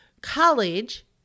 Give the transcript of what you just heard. College